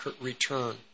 return